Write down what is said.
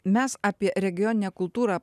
mes apie regioninę kultūrą